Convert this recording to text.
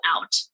out